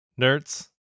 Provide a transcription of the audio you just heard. nerds